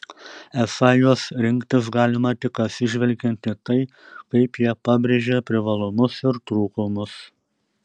esą juos rinktis galima tik atsižvelgiant į tai kaip jie pabrėžia privalumus ir trūkumus